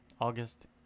August